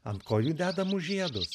ant kojų dedamus žiedus